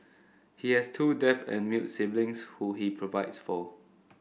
he has two deaf and mute siblings who he provides for